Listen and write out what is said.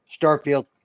Starfield